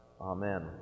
Amen